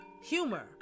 humor